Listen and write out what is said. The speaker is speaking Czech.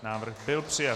Návrh byl přijat.